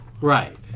right